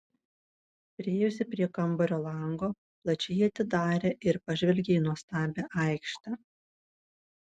priėjusi prie kambario lango plačiai jį atidarė ir pažvelgė į nuostabią aikštę